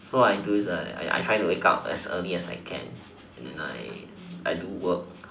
so I do I I I try to wake up as early as I can and then I I do work